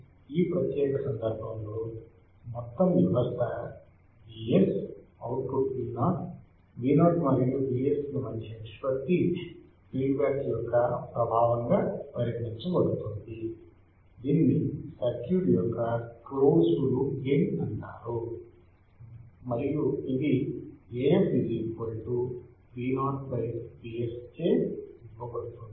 కాబట్టి ఈ ప్రత్యేక సందర్భంలో మొత్తం వ్యవస్థ Vs అవుట్పుట్ Vo Vo మరియు Vs మధ్య నిష్పత్తి ఫీడ్ బ్యాక్ యొక్క ప్రభావంగా పరిగణించబడుతుంది దీనిని సర్క్యూట్ యొక్క క్లోజ్డ్ లూప్ గెయిన్ అంటారు మరియు ఇది Af Vo Vs చే ఇవ్వబడుతుంది